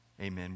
amen